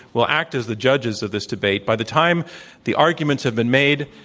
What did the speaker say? will act as the judges of this debate. by the time the arguments have been made,